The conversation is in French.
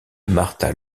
marta